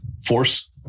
force